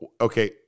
Okay